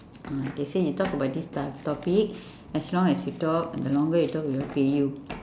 ah they say you talk about this type of topic as long as you talk the longer you talk we will pay you